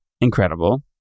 incredible